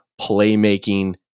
playmaking